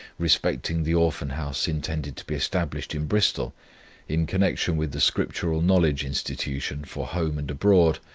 respecting the orphan-house intended to be established in bristol in connection with the scriptural knowledge institution for home and abroad,